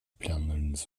planlarınız